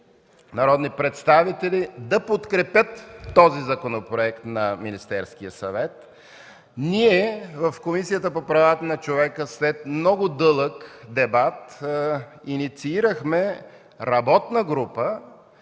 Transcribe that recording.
народни представители да подкрепят законопроекта на Министерския съвет. В Комисията по правата на човека след много дълъг дебат инициирахме работна група,